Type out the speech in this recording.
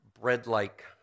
bread-like